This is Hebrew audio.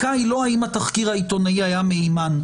האם התחקיר העיתונאי היה מהימן.